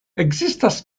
ekzistas